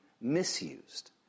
misused